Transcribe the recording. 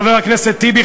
חבר הכנסת טיבי,